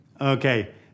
Okay